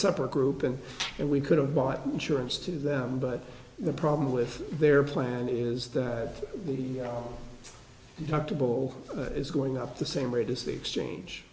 separate group and and we could have bought insurance to them but the problem with their plan is that the doctor ball is going up the same rate as the exchange